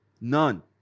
None